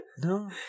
No